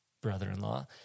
brother-in-law